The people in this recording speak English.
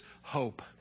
hope